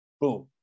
Boom